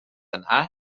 yna